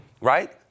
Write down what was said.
right